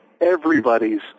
everybody's